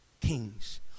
kings